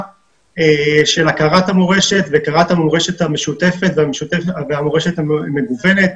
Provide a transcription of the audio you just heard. של הכרת המורשת והכרת המורשת המשותפת והמורשת המגוונת.